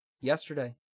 yesterday